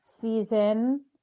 season